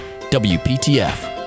WPTF